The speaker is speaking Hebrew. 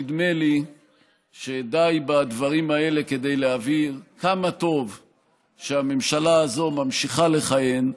נדמה לי שדי בדברים האלה להבהיר כמה טוב שהממשלה הזאת ממשיכה לכהן,